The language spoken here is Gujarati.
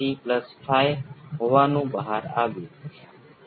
આ બે સર્કિટ વચ્ચેનો આવશ્યક તફાવત છે